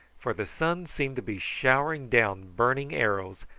for the sun seemed to be showering down burning arrows,